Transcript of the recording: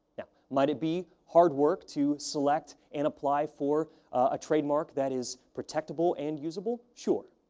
yeah might it be hard work to select and apply for a trademark that is protectable and usable? sure.